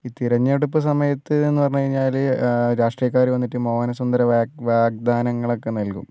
ഈ തിരഞ്ഞെടുപ്പ് സമയത്ത് എന്ന് പറഞ്ഞുകഴിഞ്ഞാല് രാഷ്ട്രീയക്കാർ വന്നിട്ടു മോഹന സുന്ദര വാഗ് വാഗ്ദാനങ്ങളൊക്കെ നൽകും